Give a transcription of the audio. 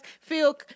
feel